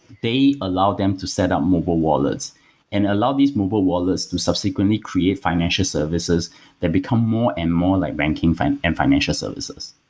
they allowed them to set up mobile wallets and allowed these mobile wallets to subsequently create financial services that become more and more like banking and financial services.